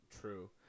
True